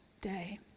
day